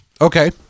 Okay